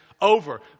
over